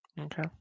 Okay